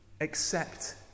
accept